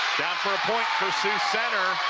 down for a point for sioux center,